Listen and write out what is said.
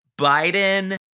Biden